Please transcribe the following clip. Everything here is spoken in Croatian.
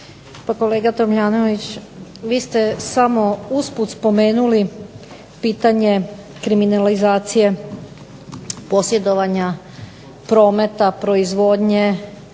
kolega Tomljanović, vi ste samo usput spomenuli pitanje kriminalizacije posjedovanja prometa, proizvodnje,